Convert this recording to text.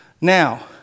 Now